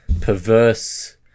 perverse